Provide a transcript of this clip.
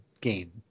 game